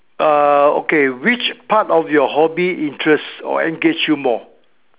uh okay which part of your hobby interest or engage you more